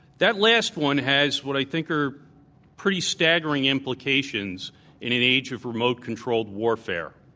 that last one has what i think are pretty stag gering implications in an age of remote controlled warfare.